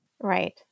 Right